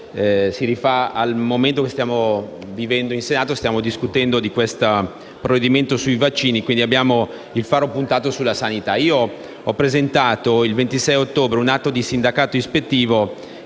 si rifà al momento che stiamo vivendo in Senato: stiamo discutendo del provvedimento sui vaccini, quindi abbiamo puntato un faro sulla sanità. Ho presentato, il 26 ottobre, un atto di sindacato ispettivo